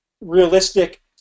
realistic